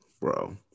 bro